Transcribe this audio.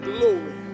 Glory